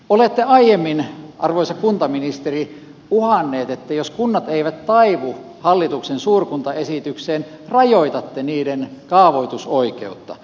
olette aiemmin arvoisa kuntaministeri uhannut että jos kunnat eivät taivu hallituksen suurkuntaesitykseen rajoitatte niiden kaavoitusoikeutta